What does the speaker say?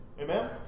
Amen